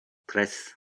tres